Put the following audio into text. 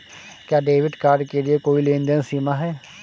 क्या debit card के लिए कोई लेनदेन सीमा है?